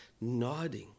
nodding